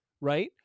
right